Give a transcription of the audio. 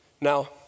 Now